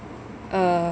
a